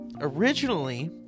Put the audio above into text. Originally